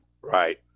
Right